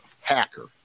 hacker